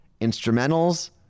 instrumentals